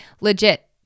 legit